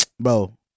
bro